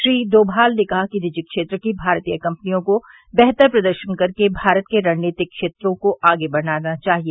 श्री डोमाल ने कहा कि निजी क्षेत्र की भारतीय कंपनियों को बेहतर प्रदर्शन कर के भारत के रणनीतिक क्षेत्रों को आगे बढ़ाना चाहिए